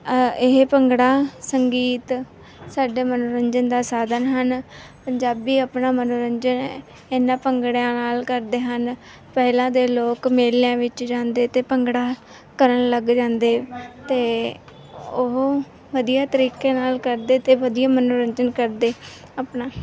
ਇਹ ਭੰਗੜਾ ਸੰਗੀਤ ਸਾਡੇ ਮਨੋਰੰਜਨ ਦਾ ਸਾਧਨ ਹਨ ਪੰਜਾਬੀ ਆਪਣਾ ਮਨੋਰੰਜਨ ਇਹਨਾਂ ਭੰਗੜਿਆਂ ਨਾਲ ਕਰਦੇ ਹਨ ਪਹਿਲਾਂ ਦੇ ਲੋਕ ਮੇਲਿਆਂ ਵਿੱਚ ਜਾਂਦੇ ਅਤੇ ਭੰਗੜਾ ਕਰਨ ਲੱਗ ਜਾਂਦੇ ਅਤੇ ਉਹ ਵਧੀਆ ਤਰੀਕੇ ਨਾਲ ਕਰਦੇ ਅਤੇ ਵਧੀਆ ਮਨੋਰੰਜਨ ਕਰਦੇ ਆਪਣਾ